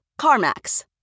CarMax